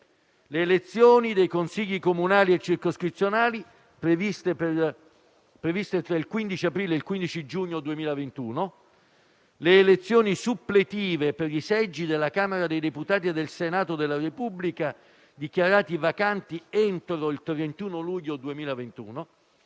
le elezioni dei consigli comunali e circoscrizionali previste tra il 15 aprile e il 15 giugno 2021; le elezioni suppletive per i seggi della Camera dei deputati e del Senato della Repubblica dichiarati vacanti entro il 31 luglio 2021;